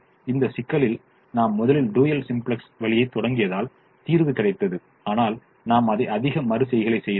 எனவே இந்த சிக்கலில் நாம் முதலில் டூயல் சிம்ப்ளக்ஸ் வழியைத் தொடங்கியதால்தான் தீர்வு கிடைத்தது ஆனால் நாம் அதை அதிக மறு செய்கைகளைச் செய்தோம்